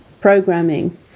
programming